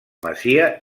masia